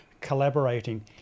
collaborating